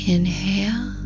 Inhale